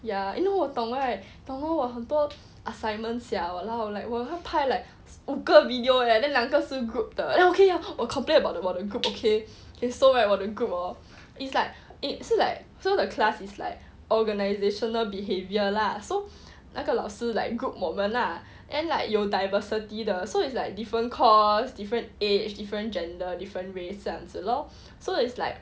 ya eh 你懂 right !walao! 我很多 assignment sia !walao! like 我要拍 like 五个 video eh then 两个是 group 的 then 我 complain about 我 group okay eh so right 我的 group hor is like is like so the the class is like organisational behaviour lah so 那个老师 like group 我们 lah then like 有 diversity 的 so it's like different course different age different gender different race 这样子 lor so it's like